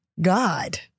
God